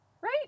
Right